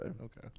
Okay